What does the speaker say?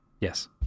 Yes